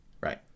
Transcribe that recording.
Right